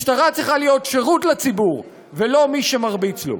משוטרה צריכה להיות שירות לציבור ולא מי שמרביץ לו.